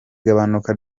gabanuka